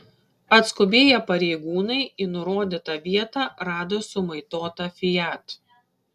atskubėję pareigūnai į nurodytą vietą rado sumaitotą fiat